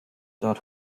dort